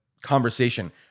conversation